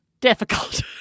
difficult